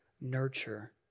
nurture